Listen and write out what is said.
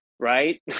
Right